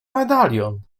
medalion